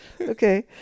Okay